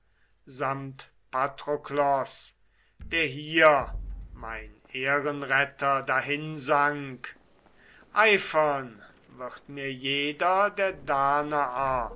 samt patroklos der hier mein ehrenretter dahinsank eifern wird mir jeder der